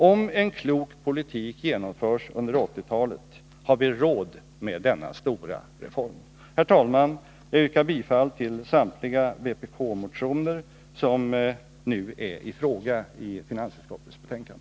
Om en klok politik genomförs under 1980-talet har vi råd med denna stora reform. Herr talman! Jag yrkar bifall till samtliga vpk-motioner som nu är i fråga i finansutskottets betänkande.